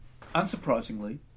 Unsurprisingly